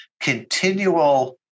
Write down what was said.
continual